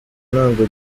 ntabwo